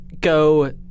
go